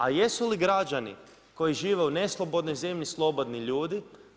A jesu li građani koji žive u neslobodnoj zemlji slobodni ljudi?